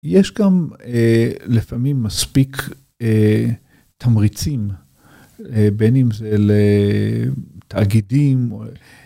יש גם לפעמים מספיק תמריצים, בין אם זה לתאגידים.